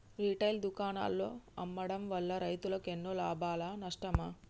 Retail దుకాణాల్లో అమ్మడం వల్ల రైతులకు ఎన్నో లాభమా నష్టమా?